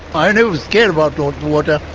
but you know scared about those waters,